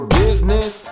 business